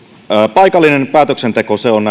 paikallinen päätöksenteko on